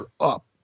up